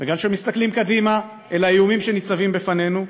וגם כשמסתכלים קדימה אל האיומים שניצבים בפנינו,